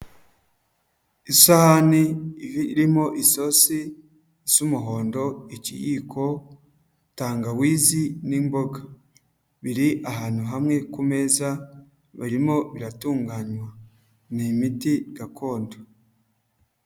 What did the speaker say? Isahani irimo isosi isa umuhondo, ikiyiko, tangawizi n'imboga. Biri ahantu hamwe ku meza barimo biratunganywa. Ni imiti gakondo.